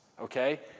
okay